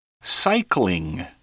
Cycling